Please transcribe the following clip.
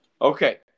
Okay